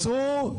תעצרו.